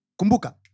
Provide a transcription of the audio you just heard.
Kumbuka